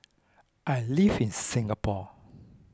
I live in Singapore